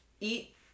eat